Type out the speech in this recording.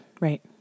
Right